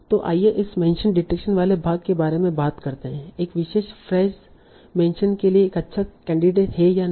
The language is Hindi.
तो आइए इस मेंशन डिटेक्शन वाले भाग के बारे में बात करते हैं एक विशेष फ्रेज मेंशन के लिए एक अच्छा कैंडिडेट है या नहीं